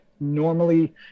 normally